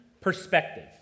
perspective